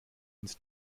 ins